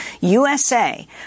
USA